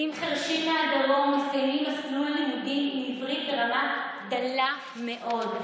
ילדים חירשים מהדרום מסיימים מסלול לימודים עם עברית ברמה דלה מאוד.